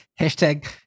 hashtag